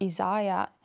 Isaiah